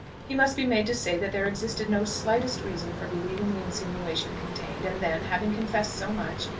he must be made to say that there existed no slightest reason for believing the insinuation contained and then, having confessed so much,